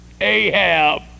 Ahab